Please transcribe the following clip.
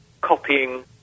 copying